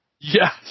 Yes